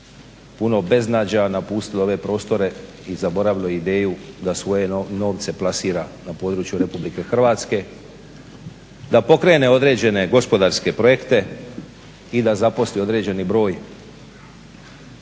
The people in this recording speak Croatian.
puno beznađa napustilo ove prostore i zaboravilo ideju da svoje novce plasira na području RH da pokrene određene gospodarske projekte i da zaposleni određeni broj